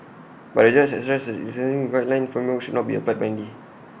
but the judge stressed that the sentencing guideline should not be applied blindly